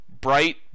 bright